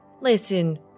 Listen